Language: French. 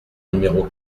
numéro